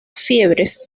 fiebres